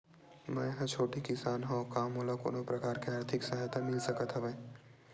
मै ह छोटे किसान हंव का मोला कोनो प्रकार के आर्थिक सहायता मिल सकत हवय?